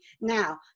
now